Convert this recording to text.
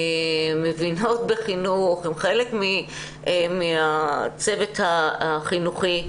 מבינות בחינוך, שהן חלק מהצוות החינוכי.